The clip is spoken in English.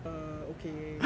err okay